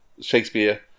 Shakespeare